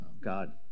God